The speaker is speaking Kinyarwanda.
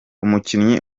umukinnyi